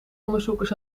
onderzoekers